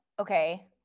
okay